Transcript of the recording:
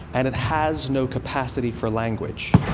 and it has no capacity for language.